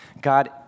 God